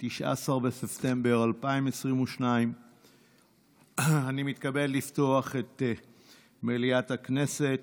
19 בספטמבר 2022. אני מתכבד לפתוח את מליאת הכנסת.